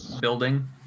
building